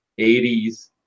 80s